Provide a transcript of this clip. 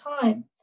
time